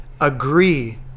agree